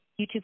YouTube